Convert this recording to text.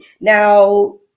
now